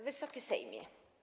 Wysoki Sejmie!